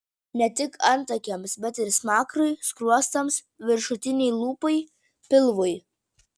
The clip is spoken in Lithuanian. ne tik antakiams bet ir smakrui skruostams viršutinei lūpai pilvui